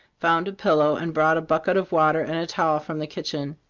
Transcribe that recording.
found a pillow, and brought a bucket of water and a towel from the kitchen.